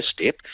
step